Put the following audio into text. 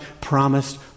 promised